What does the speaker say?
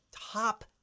Top